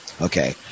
Okay